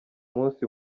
munsi